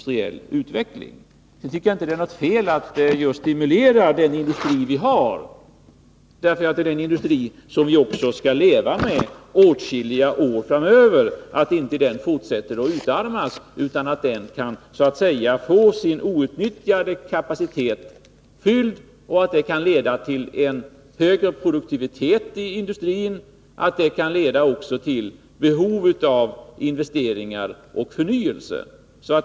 Sedan tycker jag inte att det är något fel att stimulera just den industri vi har—det är ju den industri som vi också skall leva med åtskilliga år framöver — så att den inte fortsätter att utarmas utan kan få sin outnyttjade kapacitet fylld. Detta kan ju leda till en högre produktivitet i industrin och även till behov av investeringar och förnyelse.